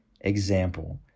example